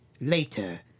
later